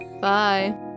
bye